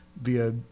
via